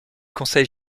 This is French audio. conseil